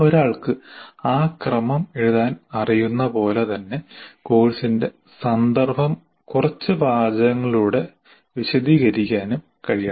ഒരാൾക്കു ആ ക്രമം എഴുതാൻ അറിയുന്ന പോലെ തന്നെ കോഴ്സിന്റെ സന്ദർഭം കുറച്ച് വാചകങ്ങളിലൂടെ വിശദീകരിക്കാനും കഴിയണം